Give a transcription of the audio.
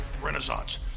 renaissance